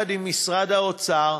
ביחד עם משרד האוצר,